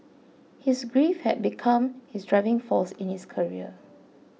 his grief had become his driving force in his career